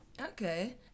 Okay